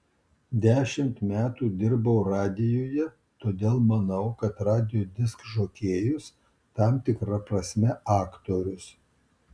dešimt metų dirbau radijuje todėl manau kad radijo diskžokėjus tam tikra prasme aktorius